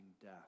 death